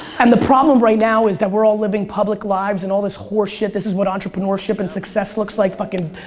and the problem right now, is that we're all living public lives, and all this horse shit. this is what entrepreneurship and success looks like. fucking,